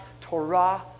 Torah